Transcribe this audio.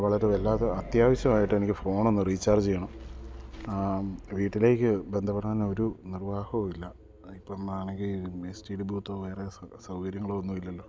വളരെ വല്ലാതെ അത്യാവശ്യമായിട്ട് എനിക്ക് ഫോണൊന്ന് റീചാർജ് ചെയ്യണം വീട്ടിലേക്ക് ബന്ധപ്പെടാൻ ഒരു നിർവാഹവുമില്ല ഇപ്പം ആണെങ്കിൽ എസ് ടി ഡി ബൂത്തോ വേറെ സൗകര്യങ്ങളോ ഒന്നും ഇല്ലല്ലോ